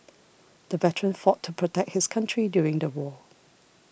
the veteran fought to protect his country during the war